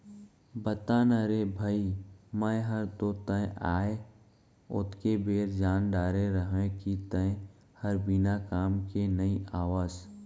बता ना रे भई मैं हर तो तैं आय ओतके बेर जान डारे रहेव कि तैं हर बिना काम के नइ आवस